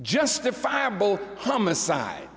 justifiable homicide